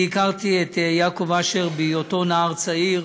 אני הכרתי את יעקב אשר בהיותו נער צעיר